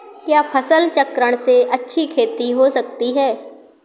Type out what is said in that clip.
क्या फसल चक्रण से अच्छी खेती हो सकती है?